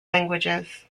languages